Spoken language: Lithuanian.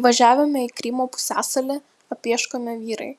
įvažiavime į krymo pusiasalį apieškomi vyrai